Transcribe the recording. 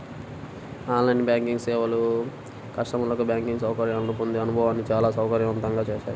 on line banking సేవలు కస్టమర్లకు banking సౌకర్యాలను పొందే అనుభవాన్ని చాలా సౌకర్యవంతంగా చేశాయి